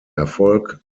erfolg